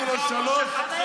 למה נלחמנו שתחזור,